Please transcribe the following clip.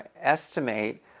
estimate